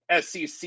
SEC